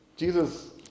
Jesus